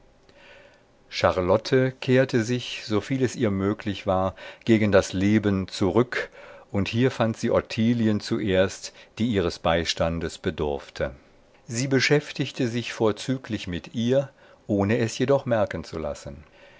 charlotte kehrte sich soviel es ihr möglich war gegen das leben zurück und hier fand sie ottilien zuerst die ihres beistandes bedurfte sie beschäftigte sich vorzüglich mit ihr ohne es jedoch merken zu lassen